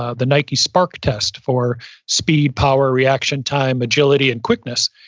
ah the nike spark test for speed, power, reaction time, agility and quickness.